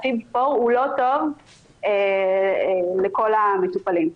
ה- FIB-4הוא לא טוב לכל המטופלים.